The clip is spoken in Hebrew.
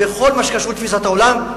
בכל מה שקשור לתפיסת העולם,